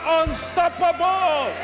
unstoppable